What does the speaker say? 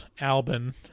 albin